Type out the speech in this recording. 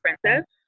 princess